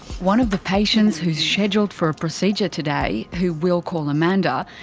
one of the patients who's scheduled for a procedure today, who we'll call amanda,